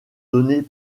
donnés